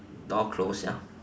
door closed ya